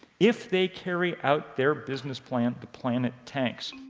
if they carry out their business plan, the planet tanks.